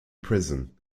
prison